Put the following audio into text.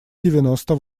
девяносто